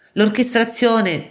L'orchestrazione